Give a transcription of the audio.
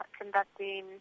conducting